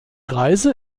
reise